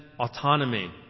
autonomy